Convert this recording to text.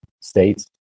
states